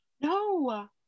No